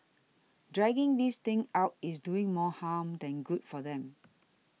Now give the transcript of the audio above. dragging this thing out is doing more harm than good for them